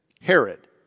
Herod